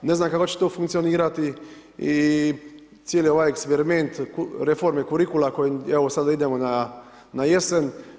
Ne znam kako će to funkcionirati i cijeli ovaj eksperiment reforme kurikula koje evo sada idemo na jesen.